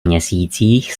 měsících